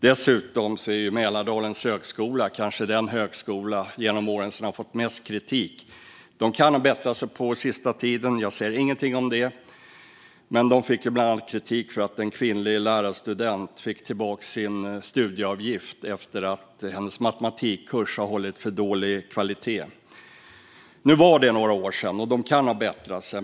Dessutom är Mälardalens högskola kanske den högskola som genom åren har fått mest kritik. De kan ha bättrat sig på sista tiden - jag säger ingenting om det - men de fick bland annat kritik efter att en kvinnlig lärarstudent fick tillbaka sin studieavgift därför att hennes matematikkurs höll för låg kvalitet. Nu var detta några år sedan, och högskolan kan ha bättrat sig.